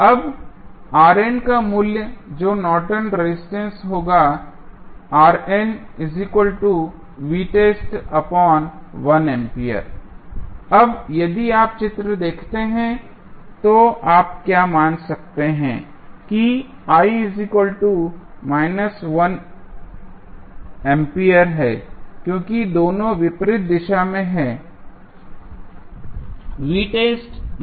अब का मूल्य जो नॉर्टन रेजिस्टेंस Nortons resistance होगा अब यदि आप चित्र देखते हैं तो आप क्या मान सकते हैं कि 1 A हैं क्योंकि दोनों विपरीत दिशा में हैं